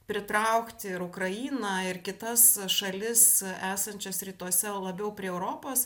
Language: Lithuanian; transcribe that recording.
pritraukti ir ukrainą ir kitas šalis esančias rytuose labiau prie europos